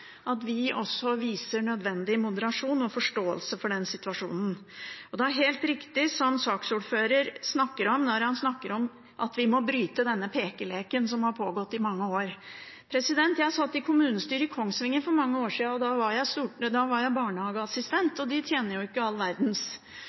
også viser nødvendig moderasjon og forståelse for den situasjonen. Og det er helt riktig som saksordføreren sier, når han snakker om at vi må bryte med denne pekeleken som har pågått i mange år. Jeg satt i kommunestyret i Kongsvinger for mange år siden. Da var jeg barnehageassistent, og de tjener jo ikke all verdens. Da var